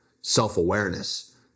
self-awareness